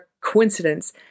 coincidence